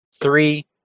Three